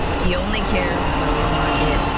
he only cares about the market,